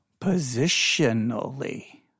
Positionally